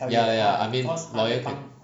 ya ya ya I mean lawyer can